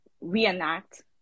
reenact